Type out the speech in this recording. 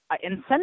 incentive